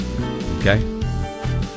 okay